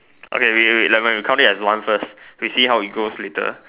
okay wait wait wait never mind we count it as one first we see how it goes later